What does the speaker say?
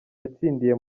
yatsindiye